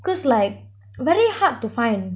cause like very hard to find